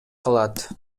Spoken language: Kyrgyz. калат